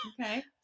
okay